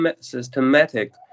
systematic